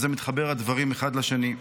והדברים מתחברים אחד לשני.